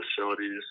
facilities